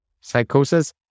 psychosis